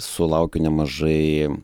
sulaukiu nemažai